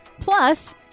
Plus